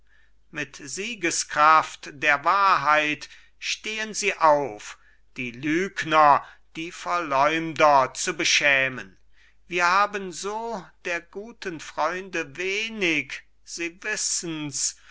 mit siegeskraft der wahrheit stehen sie auf die lügner die verleumder zu beschämen wir haben so der guten freunde wenig sie wissens